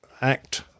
act